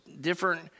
different